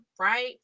right